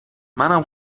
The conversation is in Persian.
منم